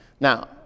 Now